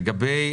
לגבי